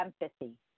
empathy